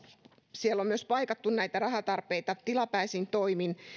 siellä on myös paikattu näitä rahatarpeita tilapäisin toimin